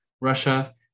Russia